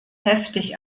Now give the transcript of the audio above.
heftig